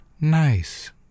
nice